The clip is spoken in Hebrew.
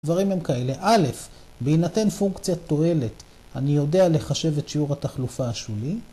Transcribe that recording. הדברים הם כאלה: א', בהינתן פונקצית תועלת, אני יודע לחשב את שיעור התחלופה השולי.